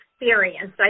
experience